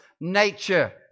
nature